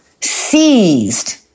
Seized